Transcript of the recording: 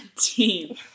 team